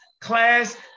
class